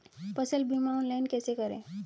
फसल बीमा ऑनलाइन कैसे करें?